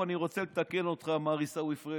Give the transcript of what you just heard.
אני רוצה לתקן אותך, מר עיסאווי פריג',